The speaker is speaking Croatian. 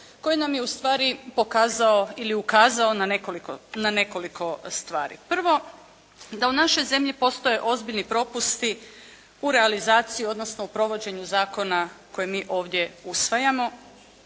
koji nam je ustvari pokazao ili ukazao na nekoliko stvari. Prvo, da u našoj zemlji postoje ozbiljni propusti u realizaciji, odnosno provođenju zakona koje mi ovdje usvajamo,